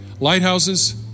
Lighthouses